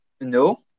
No